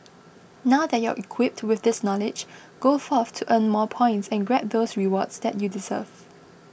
now that you're equipped with this knowledge go forth to earn more points and grab those rewards that you deserve